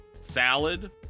salad